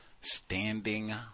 standing